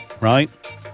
right